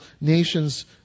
nations